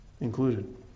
included